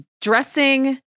dressing